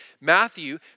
Matthew